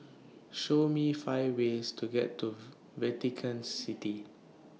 Show Me five ways to get to Vatican City